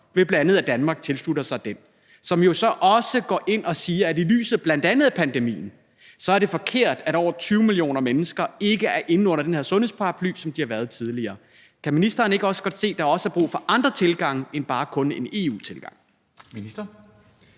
ved at Danmark tilslutter sig den – som jo så også går ind og siger, at set i lyset af bl.a. pandemien er det forkert, at over 20 millioner mennesker ikke er inde under den her sundhedsparaply, som de har været tidligere. Kan ministeren ikke godt se, at der også er brug for andre tilgange end kun en EU-tilgang? Kl.